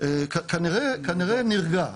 כנראה נרגע.